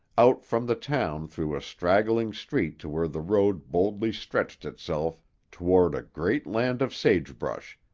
out from the town through a straggling street to where the road boldly stretched itself toward a great land of sagebrush,